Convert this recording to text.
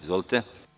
Izvolite.